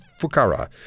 Fukara